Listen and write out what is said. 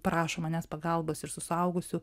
prašo manęs pagalbos ir su suaugusių